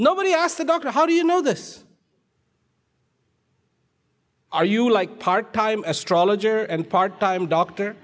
nobody asked the doctor how do you know this are you like part time astrologer and part time doctor